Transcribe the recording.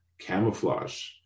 camouflage